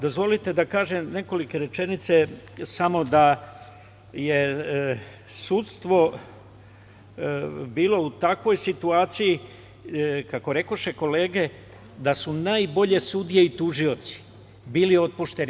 Dozvolite da kažem nekoliko rečenica samo da je sudstvo bilo u takvoj situaciji, kako rekoše kolege, da su najbolje sudije i tužioci bili otpušteni.